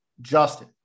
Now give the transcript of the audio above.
Justin